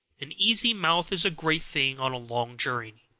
an easy mouth is a great thing on a long journey,